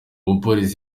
mupolisi